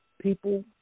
people